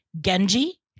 Genji